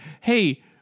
hey